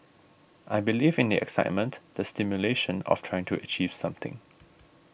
I believe in the excitement the stimulation of trying to achieve something